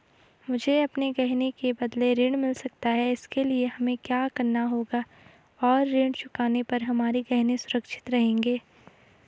मुझे अपने गहने के बदलें ऋण मिल सकता है इसके लिए हमें क्या करना होगा और ऋण चुकाने पर हमारे गहने सुरक्षित रहेंगे?